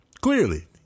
clearly